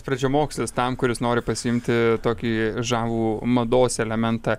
pradžiamokslis tam kuris nori pasiimti tokį žavų mados elementą